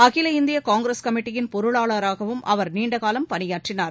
அகில இந்திய காங்கிரஸ் கமிட்டியின் பொருளாளராகவும் அவர் நீண்ட காலம் பணியாற்றினார்